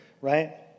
right